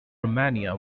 romania